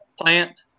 plant